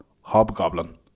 Hobgoblin